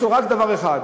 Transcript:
יש לו רק דבר אחד,